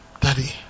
Daddy